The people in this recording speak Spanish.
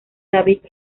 david